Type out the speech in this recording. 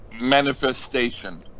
Manifestation